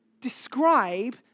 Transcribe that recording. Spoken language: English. describe